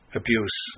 abuse